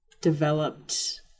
developed